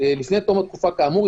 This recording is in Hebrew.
לפני תום התקופה כאמור,